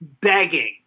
begging